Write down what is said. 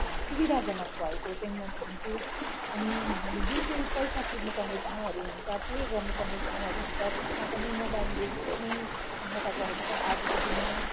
सुविधाजनक भएको चाहिँ म ठान्छु अनि जुन चाहिँ पैसा तिर्नुपर्ने ठाउँहरू हुन्छ पे गर्नुपर्ने ठाउँहरू हुन्छ त्यसमा पनि मोबाइलले धेरै नै सहायता गरेको छ आजको दिनमा